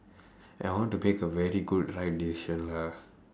and I want to pick a very good right decision lah